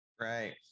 Right